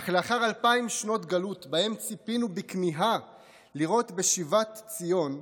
אך לאחר אלפיים שנות גלות שבהן ציפינו בכמיהה לראות בשיבת ציון,